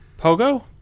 Pogo